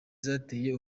zateye